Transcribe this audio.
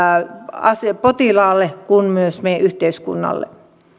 potilaalle kuin myös meidän yhteiskunnalle